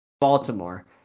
Baltimore